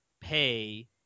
pay